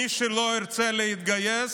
מי שלא ירצה להתגייס,